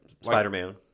Spider-Man